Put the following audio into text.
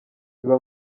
biba